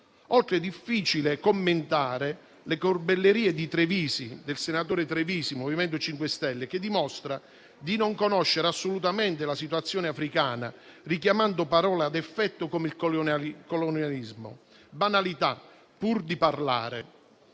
inoltre difficile commentare le corbellerie del senatore Trevisi, del MoVimento 5 Stelle, che dimostra di non conoscere assolutamente la situazione africana, richiamando parole ad effetto come il colonialismo; banalità, pur di parlare.